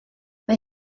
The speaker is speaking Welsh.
mae